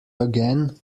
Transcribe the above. again